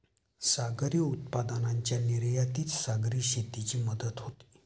सागरी उत्पादनांच्या निर्यातीत सागरी शेतीची मदत होते